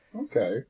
Okay